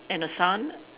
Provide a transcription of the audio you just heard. and her son